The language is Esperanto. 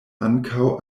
ankaŭ